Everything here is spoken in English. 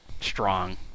strong